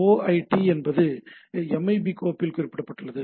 OID என்பது MIB கோப்பில் குறிப்பிடப்பட்டுள்ளது